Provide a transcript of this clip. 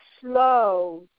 slow